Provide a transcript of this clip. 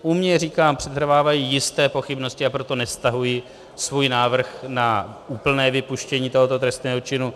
U mě, říkám, přetrvávají jisté pochybnosti, a proto nestahuji svůj návrh na úplné vypuštění tohoto trestného činu.